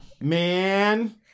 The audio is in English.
Man